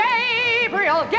Gabriel